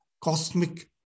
cosmic